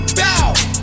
bow